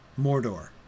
Mordor